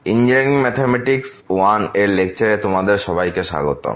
engineering mathematics I এর লেকচারে তোমাদের সবাইকে স্বাগতম